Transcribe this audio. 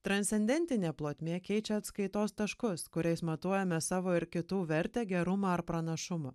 transcendentinė plotmė keičia atskaitos taškus kuriais matuojame savo ir kitų vertę gerumą ar pranašumą